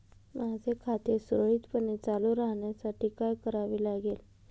माझे खाते सुरळीतपणे चालू राहण्यासाठी काय करावे लागेल?